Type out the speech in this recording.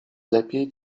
lepiej